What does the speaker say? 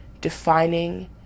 defining